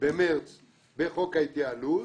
במרץ בחוק ההתייעלות,